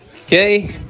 Okay